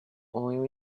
oil